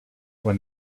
when